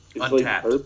Untapped